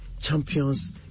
champions